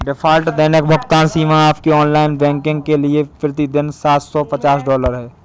default दैनिक भुगतान सीमा आपके ऑनलाइन बैंकिंग के लिए प्रति दिन सात सौ पचास डॉलर है